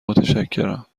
متشکرم